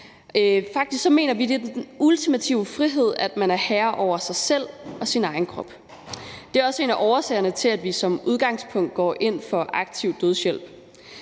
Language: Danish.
Faktisk mener vi, at det er den ultimative frihed, at man er herre over sig selv og sin egen krop. Det er også en af årsagerne til, at vi som udgangspunkt går ind for aktiv dødshjælp.